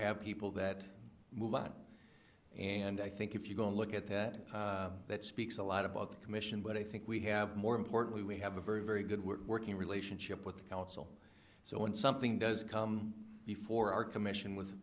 have people that move on and i think if you go and look at that that speaks a lot about the commission but i think we have more importantly we have a very very good working relationship with the council so when something does come before our commission with